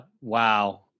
Wow